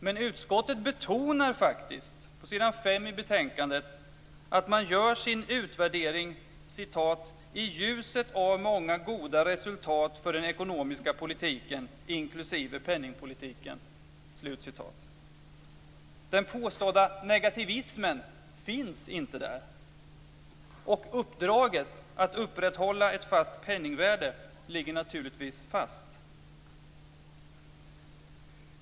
Men utskottet betonar faktiskt på s. 5 i betänkandet att man gör sin utvärdering "i ljuset av många goda resultat för den ekonomiska politiken, inklusive penningpolitiken. "Den påstådda negativismen finns inte där. Uppdraget att upprätthålla ett fast penningvärde ligger naturligtvis fast.